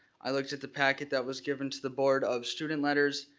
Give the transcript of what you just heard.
i looked at the packet that was given to the board of student letters,